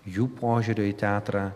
jų požiūrio į teatrą